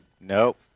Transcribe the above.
Nope